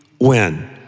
win